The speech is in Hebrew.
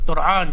טורעאן,